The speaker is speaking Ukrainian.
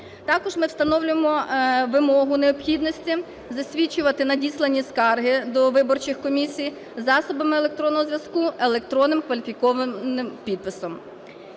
Також ми встановлюємо вимогу необхідності засвідчувати надіслані скарги до виборчих комісій засобами електронного зв'язку, електронним кваліфікованим підписом.